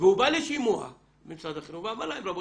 והוא בא לשימוע במשרד החינוך ואמר להם, רבותיי,